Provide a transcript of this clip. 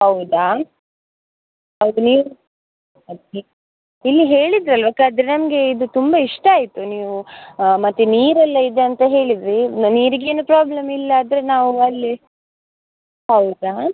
ಹೌದಾ ಹೌದು ನೀವು ಅದಕ್ಕೆ ಇಲ್ಲಿ ಹೇಳಿದಿರಲ್ವ ಕದ್ರಿ ನಮಗೆ ಇದು ತುಂಬ ಇಷ್ಟ ಆಯಿತು ನೀವು ಮತ್ತು ನೀರೆಲ್ಲ ಇದೆ ಅಂತ ಹೇಳಿದ್ರಿ ನೀರಿಗೇನೂ ಪ್ರಾಬ್ಲಮ್ ಇಲ್ಲಾದ್ರೆ ನಾವು ಅಲ್ಲಿ ಹೌದಾ